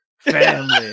Family